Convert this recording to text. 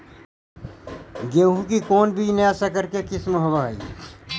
गेहू की कोन बीज नया सकर के किस्म होब हय?